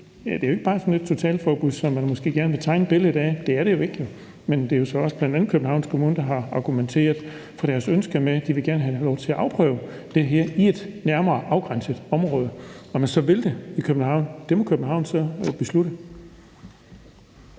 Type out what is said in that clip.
Det er jo ikke bare sådan et totalforbud, som man måske gerne vil tegne et billede af. Det er det jo ikke. Men det er jo så også bl.a. Københavns Kommune, der har argumenteret for deres ønsker med, at de vil gerne have lov til at afprøve det her i et nærmere afgrænset område. Om man så vil det i København, må København så beslutte.